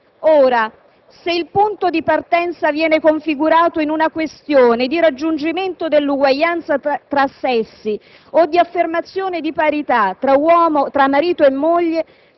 Ora, se il punto di partenza viene configurato in una questione di raggiungimento dell'uguaglianza dei sessi o di affermazione di parità tra marito e moglie,